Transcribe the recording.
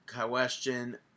question